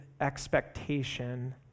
expectation